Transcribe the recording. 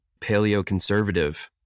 paleoconservative